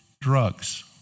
drugs